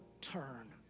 turn